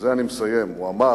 ובזה אני מסיים, הוא אמר